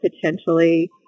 potentially